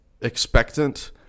expectant